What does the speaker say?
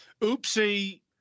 Oopsie